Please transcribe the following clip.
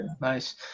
Nice